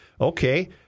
Okay